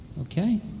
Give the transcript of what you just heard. Okay